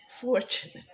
fortunate